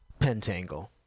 Pentangle